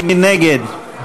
מי נגד?